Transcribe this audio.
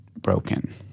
broken